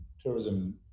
tourism